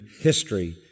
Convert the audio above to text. history